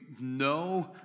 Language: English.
no